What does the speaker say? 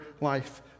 life